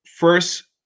first